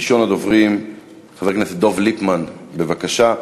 ראשון הדוברים, חבר הכנסת דב ליפמן, בבקשה.